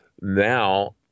now